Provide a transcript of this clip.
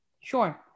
Sure